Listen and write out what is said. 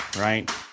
right